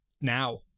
now